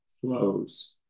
flows